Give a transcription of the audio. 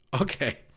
Okay